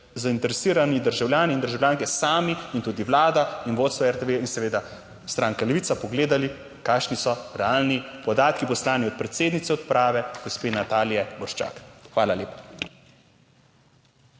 zainteresirani državljani in državljanke sami in tudi Vlada in vodstvo RTV in seveda stranka Levica, pogledali, kakšni so realni podatki po strani od predsednice uprave, gospe Natalije Gorščak. Hvala lepa.